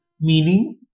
Meaning